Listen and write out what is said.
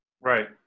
Right